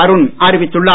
அருண் அறிவித்துள்ளார்